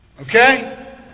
Okay